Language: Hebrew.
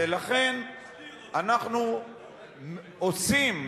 ולכן אנחנו עושים,